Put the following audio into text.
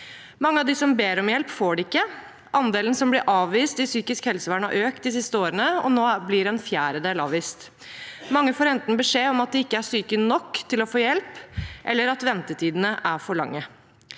Mange av dem som ber om hjelp, får det ikke. Andelen som blir avvist i psykisk helsevern, har økt de siste årene. Nå blir en fjerdedel avvist. Mange får enten beskjed om at de ikke er syke nok til å få hjelp, eller at ventetiden er for lang.